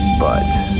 but